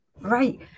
Right